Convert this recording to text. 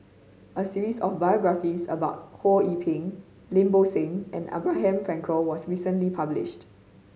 a series of biographies about Ho Yee Ping Lim Bo Seng and Abraham Frankel was recently published